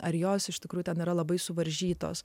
ar jos iš tikrųjų ten yra labai suvaržytos